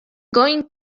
going